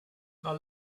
now